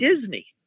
Disney